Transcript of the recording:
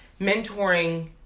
mentoring